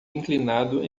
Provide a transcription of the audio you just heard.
inclinado